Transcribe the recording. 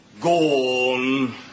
Gone